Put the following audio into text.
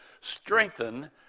strengthen